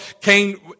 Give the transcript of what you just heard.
Cain